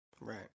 Right